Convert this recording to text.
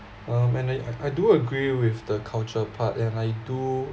um and I I do agree with the culture part and I do